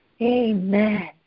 Amen